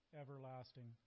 everlasting